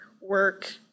work